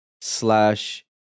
slash